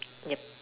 ya